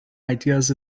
ideas